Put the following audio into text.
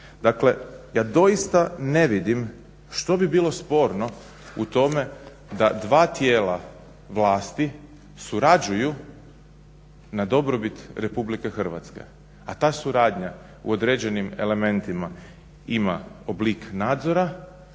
Dakle, ja doista ne vidim što bi bilo sporno u tome da dva tijela vlasti surađuju na dobrobit RH? A ta suradnja u određenim elementima ima oblik nadzora,